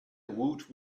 woot